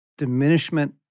diminishment